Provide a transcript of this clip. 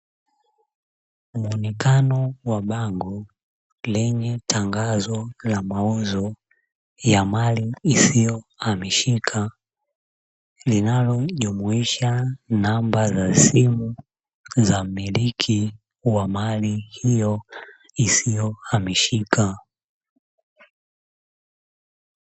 Mwonekano wa bango lenye tangazo la mauzo ya mali isiyohamishika, linalojumuisha namba za simu za mmiliki wa mali hiyo isiyohamishika.